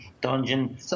dungeon